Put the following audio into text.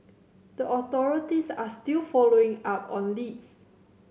the authorities are still following up on leads